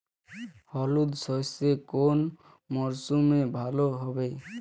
হলুদ সর্ষে কোন মরশুমে ভালো হবে?